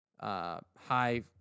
high